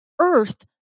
earth